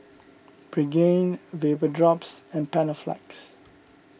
Pregain Vapodrops and Panaflex